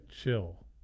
chill